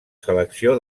selecció